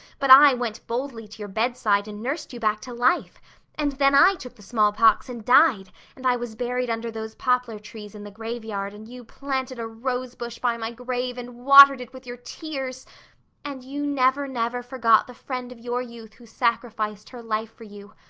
but i went boldly to your bedside and nursed you back to life and then i took the smallpox and died and i was buried under those poplar trees in the graveyard and you planted a rosebush by my grave and watered it with your tears and you never, never forgot the friend of your youth who sacrificed her life for you.